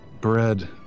bread